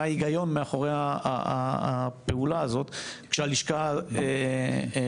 מה ההיגיון מאחורי הפעולה הזו כשהלשכה פתוחה?